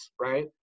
right